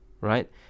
right